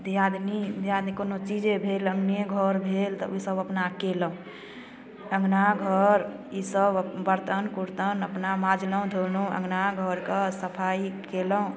दिआदनी दिआदनी कोनो चीजे भेल अँगने घर भेल तब ईसब अपना कएलहुँ अँगना घर ईसब बरतन उरतन अपना माँजलहुँ धोलहुँ अँगना घरके सफाइ कएलहुँ